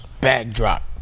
Backdrop